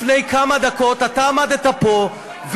לפני כמה דקות אתה עמדת פה,